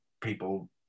people